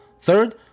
Third